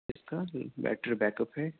اس کا battery backup ہے